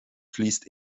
fließt